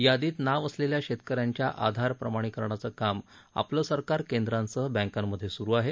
यादीत नाव असलेल्या शेतकऱ्यांच्या आधार प्रमाणिकराचं काम आपलं सरकार केंद्रांसह बँकामध्ये सुरू आहे